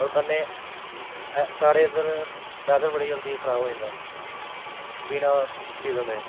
होर कन्नै साढ़े इद्धर वैदर बड़ी जल्दी खराब होई जंदा बिना सीज़न दे